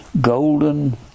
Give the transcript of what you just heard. golden